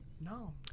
no